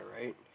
right